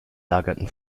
lagerten